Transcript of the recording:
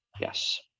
yes